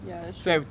ya that's true